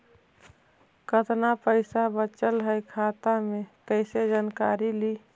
कतना पैसा बचल है खाता मे कैसे जानकारी ली?